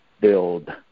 build